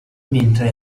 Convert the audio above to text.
mentre